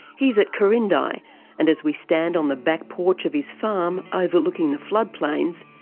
he's at quirindi, and as we stand on the back porch of his farm, overlooking the floodplains,